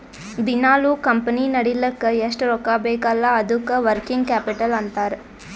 ದಿನಾಲೂ ಕಂಪನಿ ನಡಿಲ್ಲಕ್ ಎಷ್ಟ ರೊಕ್ಕಾ ಬೇಕ್ ಅಲ್ಲಾ ಅದ್ದುಕ ವರ್ಕಿಂಗ್ ಕ್ಯಾಪಿಟಲ್ ಅಂತಾರ್